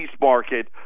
market